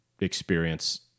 experience